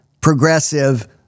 progressive